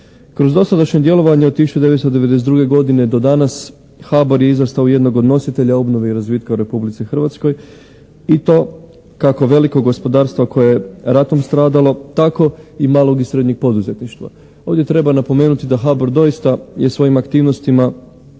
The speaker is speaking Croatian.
Kroz dosadašnje djelovanje od 1992. godine do danas HBOR je izrastao u jednog od nositelja obnove i razvitka u Republici Hrvatskoj i to kako velikog gospodarstva koje je ratom stradalo tako i malog i srednjeg poduzetništva. Ovdje treba napomenuti da HBOR doista je svojim aktivnostima